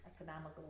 economical